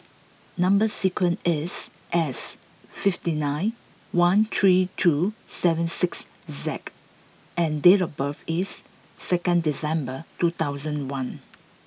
number sequence is S fifty nine one three two seven six Z and date of birth is second December two thousand one